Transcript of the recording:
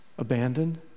abandoned